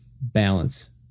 balance